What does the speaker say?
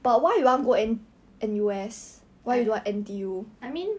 I mean